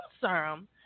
serum